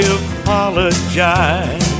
apologize